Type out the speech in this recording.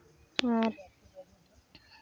ᱟᱨ